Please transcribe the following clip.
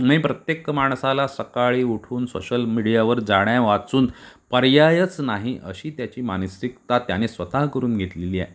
नाही प्रत्येक माणसाला सकाळी उठून सोशल मीडियावर जाण्यावाचून पर्यायच नाही अशी त्याची मानसिकता त्याने स्वतः करून घेतलेली आहे